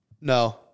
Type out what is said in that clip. No